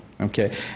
okay